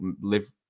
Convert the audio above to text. live